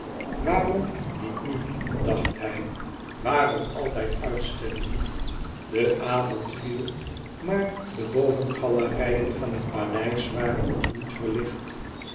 waarom niet nu dacht hij waarom altijd uitstellen de avond viel maar de bovengalerijen van het paleis waren nog niet verlicht